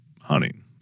hunting